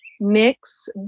mix